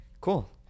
Cool